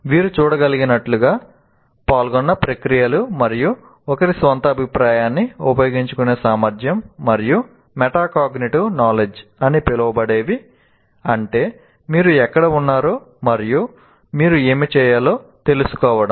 మీరు చూడగలిగినట్లుగా పాల్గొన్న ప్రక్రియలు మరియు ఒకరి స్వంత అభిప్రాయాన్ని ఉపయోగించుకునే సామర్థ్యం మరియు మెటా కాగ్నిటివ్ నాలెడ్జ్ అని పిలవబడేవి అంటే మీరు ఎక్కడ ఉన్నారో మరియు మీరు ఏమి చేయాలో తెలుసుకోవడం